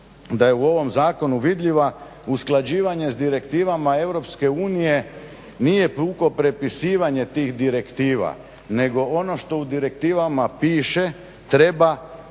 da je u ovom zakonu vidljiva usklađivanje sa direktivama EU nije puko prepisivanje tih direktiva, nego ono što u direktivama piše treba